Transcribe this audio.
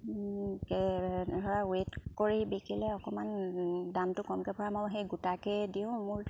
কে ধৰা ৱেট কৰি বিকিলে অকণমান দামটো কমকৈ ভৰাম আৰু সেই গোটাকেই দিওঁ মোৰ